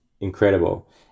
incredible